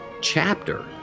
chapter